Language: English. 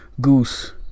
goose